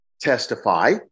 testify